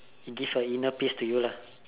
it give a inner peace to you lah